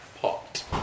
Pot